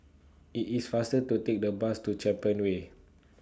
IT IS faster to Take The Bus to Champion Way